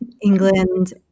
England